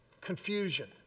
confusion